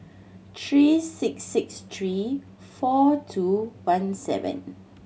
three six six three four two one seven